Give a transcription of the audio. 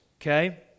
okay